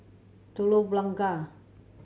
Telok Blangah